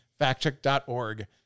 factcheck.org